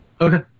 Okay